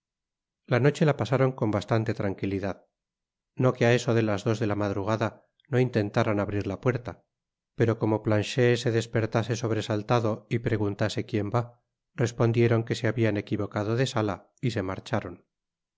la noche la pasaron con bastante tranquilidad no que á eso de las dos de la madrugada no intentáran abrir la puerta pero como planchet se dispertase sobresaltado y preguntase quien vá respondieron que se habian equivocado de sala y se marcharon